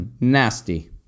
Nasty